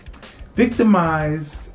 victimized